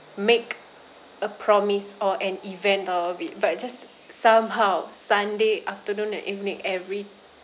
make a promise or an event out of it but just somehow sunday afternoon and evening every